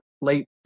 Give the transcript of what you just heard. late